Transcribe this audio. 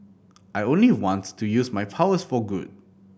I only want to use my powers for good